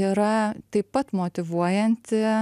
yra taip pat motyvuojanti